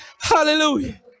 Hallelujah